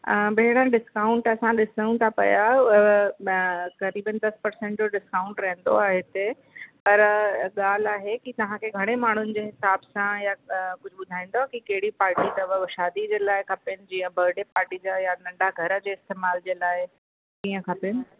हा भेणु डिस्काउंट असां डिस्काउंट था पिया क़रीबन दस परसेंट जो डिस्काउंट रहंदो आ हिते पर ॻाल्हि आहे कि तव्हांखे घणे माण्हुनि जे हिसाब सां या कुझु ॿुधाईंदव की कहिड़ी पार्टी अथव शादी उहो जे लाइ जीअं बर्डे पार्टी जा या नंढा घर जे इस्तेमाल जे लाइ कीअं खपनि